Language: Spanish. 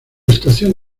estación